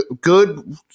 good –